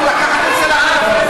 אתה יכול לקחת את זה?